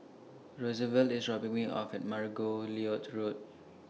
Rosevelt IS dropping Me off At Margoliouth Road